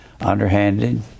underhanded